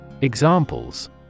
Examples